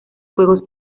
juegos